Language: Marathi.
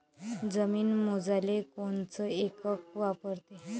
जमीन मोजाले कोनचं एकक वापरते?